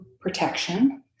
protection